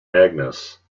agnes